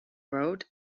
road